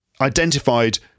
identified